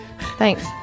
Thanks